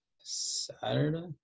Saturday